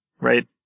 right